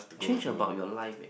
change about your life eh